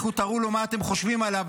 לכו תראו לו מה אתם חושבים עליו,